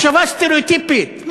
מחשבה סטריאוטיפית.